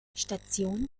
station